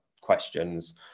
questions